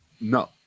no